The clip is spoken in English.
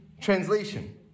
translation